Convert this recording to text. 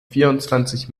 vierundzwanzig